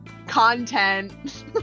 Content